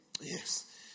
Yes